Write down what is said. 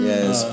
Yes